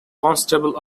constable